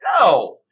no